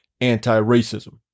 anti-racism